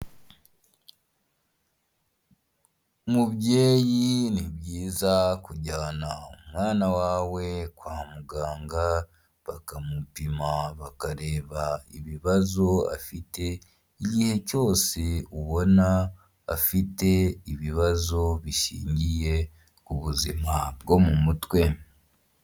Umubyeyi ni byiza kujyana umwana wawe kwa muganga bakamupima bakareba ibibazo afite igihe, cyose ubona afite ibibazo bishingiye ku buzima bwo mu mutwe.